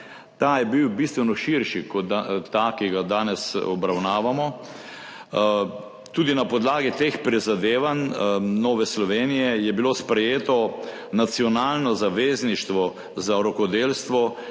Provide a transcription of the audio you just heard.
Ta je bil bistveno širši kot ta, ki ga danes obravnavamo. Tudi na podlagi prizadevanj Nove Slovenije je bilo sprejeto Nacionalno zavezništvo za rokodelstvo,